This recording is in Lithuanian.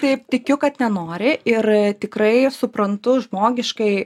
taip tikiu kad nenori ir tikrai suprantu žmogiškai